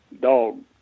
dog